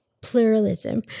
pluralism